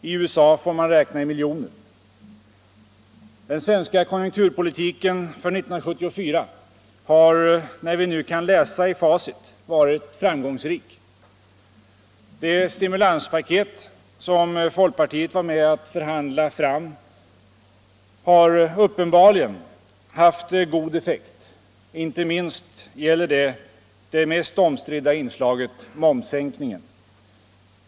I USA får man räkna i miljoner. Den svenska konjunkturpolitiken för 1974 har, när vi nu kan läsa i facit, varit framgångsrik. Det stimulanspaket som folkpartiet var med om att förhandla fram har uppenbarligen haft god effekt, inte minst gäller detta det mest omstridda inslaget -— momssänkningen.